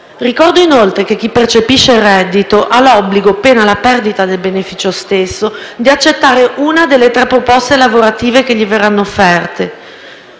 Ricordo inoltre che chi percepisce il reddito ha d'obbligo, pena la perdita del beneficio stesso, di accettare una della tre proposte lavorative che gli verranno offerte.